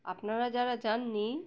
আপনারা যারা জাননি